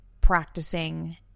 practicing